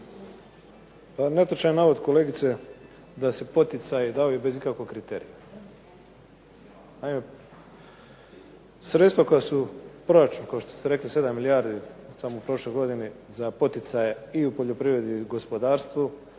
netočan je navod kolegice da se poticaji daju bez ikakvog kriterija. Naime, sredstva koja su u proračunu, kao što ste rekli 7 milijardi samo u prošloj godini za poticaje i u poljoprivredi i u gospodarstvu,